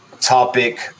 topic